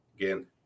again